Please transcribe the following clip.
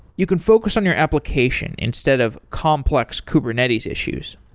you can focus on your application instead of complex kubernetes issues.